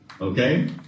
Okay